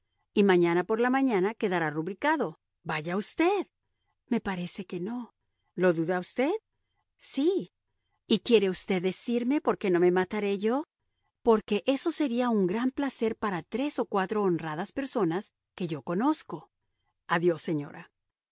y mañana por la mañana quedará rubricado vaya usted me parece que no lo duda usted sí y quiere usted decirme por qué no me mataré yo porque eso sería un gran placer para tres o cuatro honradas personas que yo conozco adiós señora